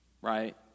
right